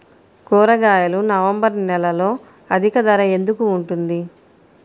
కూరగాయలు నవంబర్ నెలలో అధిక ధర ఎందుకు ఉంటుంది?